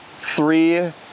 three